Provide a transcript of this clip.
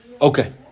Okay